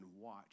watch